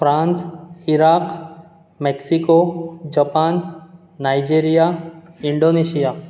France Iraq Mexico Japan Nigeria Indonesia